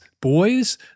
boys